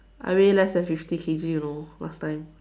I weigh less than fifty K_G you know last time